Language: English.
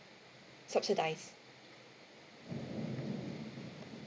subsidise